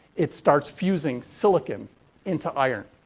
it starts fusing silicon into iron.